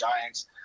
Giants